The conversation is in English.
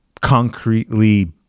concretely